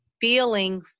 feeling